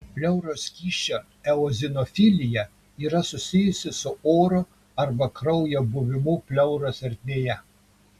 pleuros skysčio eozinofilija yra susijusi su oro arba kraujo buvimu pleuros ertmėje